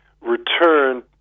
return